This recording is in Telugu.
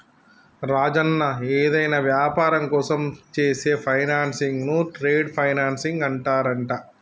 రాజన్న ఏదైనా వ్యాపారం కోసం చేసే ఫైనాన్సింగ్ ను ట్రేడ్ ఫైనాన్సింగ్ అంటారంట